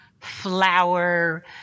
flower